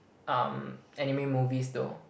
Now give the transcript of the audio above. um anime movies though